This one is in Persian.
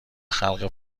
خلق